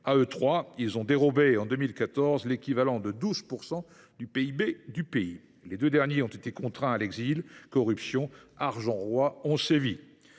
À eux trois, ils ont dérobé en 2014 l’équivalent de 12 % du PIB du pays ! Les deux derniers ont été contraints à l’exil. Corruption et argent roi ont sévi.